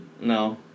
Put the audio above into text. No